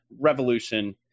Revolution